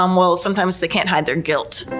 um well sometimes they can't hide their guilt,